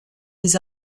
des